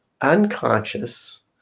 unconscious